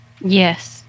Yes